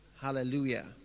Hallelujah